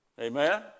Amen